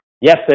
yes